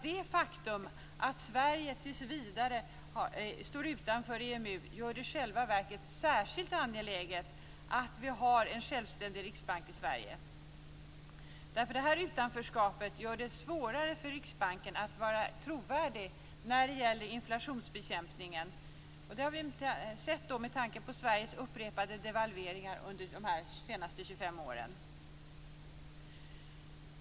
Det faktum att Sverige tills vidare står utanför EMU gör det i själva verket särskilt angeläget att vi har en självständig riksbank i Sverige. Utanförskapet gör det svårare för Riksbanken att vara trovärdig när det gäller inflationsbekämpningen. Det gäller bl.a. med tanke på Sveriges upprepade devalveringar under de senaste 25 åren.